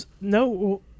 no